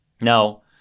Now